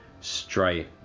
straight